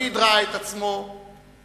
תמיד ראה את עצמו לוחם.